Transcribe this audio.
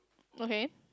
okay